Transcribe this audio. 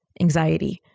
anxiety